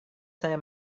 saya